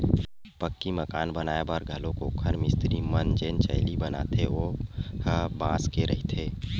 पक्की मकान बनाए बर घलोक ओखर मिस्तिरी मन जेन चइली बनाथे ओ ह बांस के रहिथे